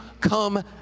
come